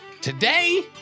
Today